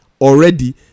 already